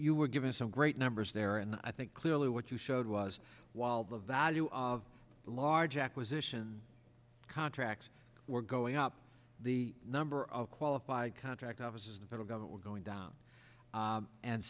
you were given some great numbers there and i think clearly what you showed was while the value of large acquisition contracts were going up the number of qualified contract officers the federal government were going down